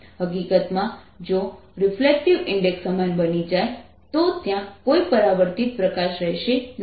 હકીકતમાં જો reflective index સમાન બની જાય તો ત્યાં કોઈ પરાવર્તિત પ્રકાશ રહેશે નહીં